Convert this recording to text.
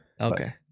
okay